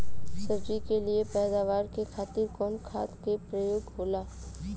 सब्जी के लिए पैदावार के खातिर कवन खाद के प्रयोग होला?